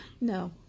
No